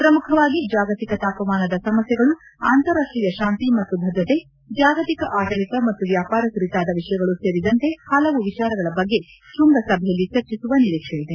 ಪ್ರಮುಖವಾಗಿ ಜಾಗತಿಕ ತಾಪಮಾನದ ಸಮಸ್ಯೆಗಳು ಅಂತಾರಾಷ್ಟೀಯ ಶಾಂತಿ ಮತ್ತು ಭದ್ರತೆ ಜಾಗತಿಕ ಆದಳಿತ ಮತ್ತು ವ್ಯಾಪಾರ ಕುರಿತಾದ ವಿಷಯಗಳು ಸೇರಿದಂತೆ ಹಲವು ವಿಚಾರಗಳ ಬಗ್ಗೆ ಶೃಂಗಸಭೆಯಲ್ಲಿ ಚರ್ಚಿಸುವ ನಿರೀಕ್ಷೆ ಇದೆ